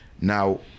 Now